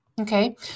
okay